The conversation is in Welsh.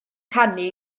canu